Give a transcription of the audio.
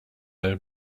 all